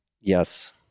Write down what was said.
Yes